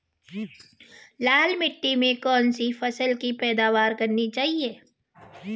लाल मिट्टी में कौन सी फसल की पैदावार करनी चाहिए?